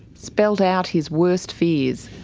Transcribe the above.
spelled out his worst fears.